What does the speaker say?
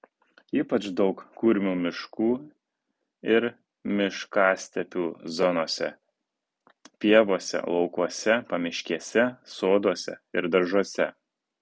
ypač daug kurmių miškų ir miškastepių zonose pievose laukuose pamiškėse soduose ir daržuose